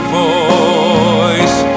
voice